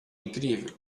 incrível